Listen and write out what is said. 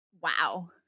Wow